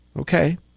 Okay